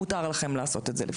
מותר לכם לעשות את זה?